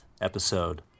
episode